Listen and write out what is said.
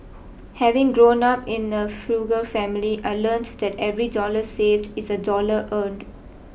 having grown up in a frugal family I learnt that every dollar saved is a dollar earned